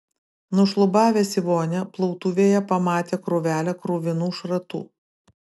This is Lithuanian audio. nušlubavęs į vonią plautuvėje pamatė krūvelę kruvinų šratų